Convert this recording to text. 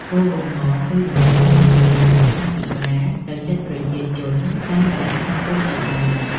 គោលបំណងគឺដើម្បីនាំសេវាសុខាភិបាលទៅជិតប្រជាជនតាមដែលអាចធ្វើទៅបាន។